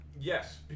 Yes